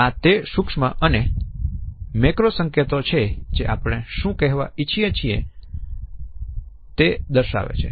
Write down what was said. આ તે સૂક્ષ્મ અને મેક્રો સંકેતો છે જે આપણે શું કહેવા ઈચ્છીએ છીએ તે દર્શાવે છે